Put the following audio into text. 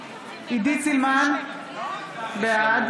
עידית סילמן, בעד